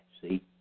see